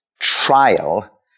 trial